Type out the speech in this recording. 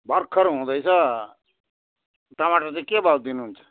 भर्खर हुँदैछ टमाटर चाहिँ के भाउ दिनुहुन्छ